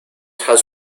has